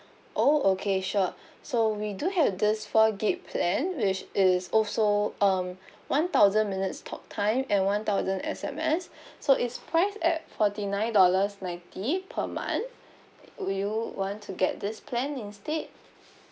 oh okay sure so we do have this four gig plan which is also um one thousand minutes talk time and one thousand S_M_S so it's priced at forty nine dollars ninety per month would you want to get this plan instead